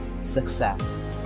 success